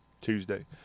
tuesday